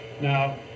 Now